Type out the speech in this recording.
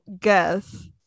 guess